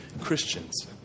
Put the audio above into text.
Christians